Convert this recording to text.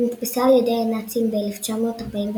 היא נתפסה על ידי הנאצים ב-1944,